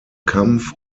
kampf